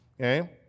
okay